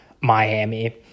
Miami